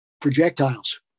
projectiles